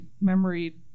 memory